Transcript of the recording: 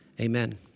Amen